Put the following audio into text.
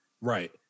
Right